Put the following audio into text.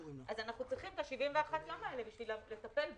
אנחנו צריכים את ה-71 יום האלה כדי לטפל בו.